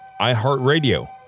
iHeartRadio